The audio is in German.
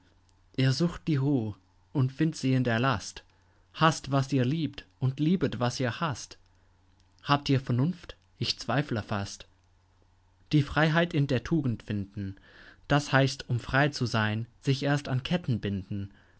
ihr sucht die ruh und findt sie in der last haßt was ihr liebt und liebet war ihr haßt habt ihr vernunft ich zweifle fast die freiheit in der tugend finden das heißt um frei zu sein sich erst an ketten binden